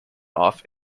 off